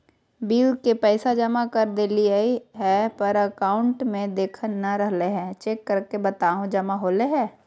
Bill के पैसा जमा कर देलियाय है पर अकाउंट में देखा नय रहले है, चेक करके बताहो जमा होले है?